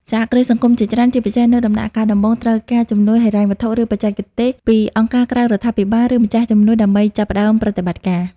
សហគ្រាសសង្គមជាច្រើន ជាពិសេសនៅដំណាក់កាលដំបូង ត្រូវការជំនួយហិរញ្ញវត្ថុ ឬបច្ចេកទេសពីអង្គការក្រៅរដ្ឋាភិបាល ឬម្ចាស់ជំនួយ ដើម្បីចាប់ផ្តើមប្រតិបត្តិការ។